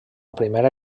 primera